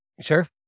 Sure